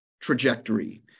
trajectory